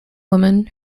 woman